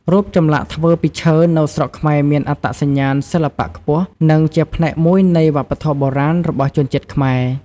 រូបចម្លាក់ធ្វើពីឈើ នៅស្រុកខ្មែរមានអត្តសញ្ញាណសិល្បៈខ្ពស់ និងជាផ្នែកមួយនៃវប្បធម៌បុរាណរបស់ជនជាតិខ្មែរ។